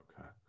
okay